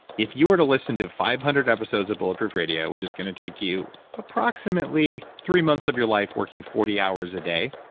if you were to listen to five hundred episodes of bulletproof radio, which is going to take you approximately three months of your life working forty hours a day,